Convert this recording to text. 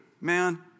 man